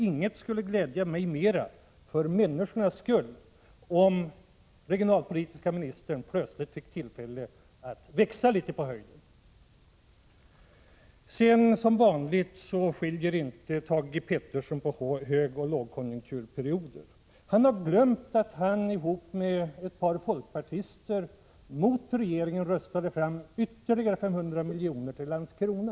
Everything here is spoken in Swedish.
Inget skulle glädja mig mera — för människornas skull — än om den regionalpolitiske ministern plötsligt fick tillfälle att växa litet på höjden. Som vanligt skiljer Thage G. Peterson inte på perioder av högoch lågkonjunktur. Han har glömt att han tillsammans med ett par folkpartister, mot regeringen, röstade fram ytterligare 500 milj.kr. till Landskrona.